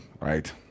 right